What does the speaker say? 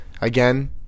Again